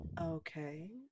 Okay